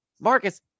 Marcus